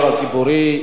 לא נתקבלה.